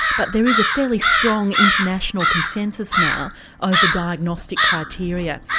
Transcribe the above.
but there is a fairly strong international consensus now over diagnostic criteria,